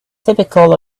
typical